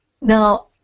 Now